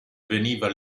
veniva